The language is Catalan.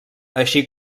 així